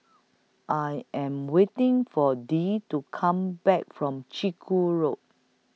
I Am waiting For Dee to Come Back from Chiku Road